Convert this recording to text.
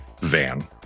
van